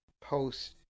post